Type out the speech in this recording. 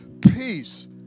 Peace